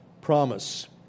promise